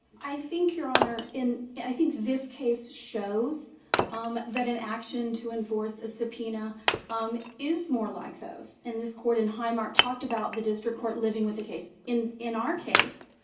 i think, your honor, in i think this case shows um that an action to enforce a subpoena um is more like those. and this court in highmark talked about the district court living with a case. in in our case,